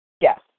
Yes